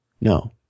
No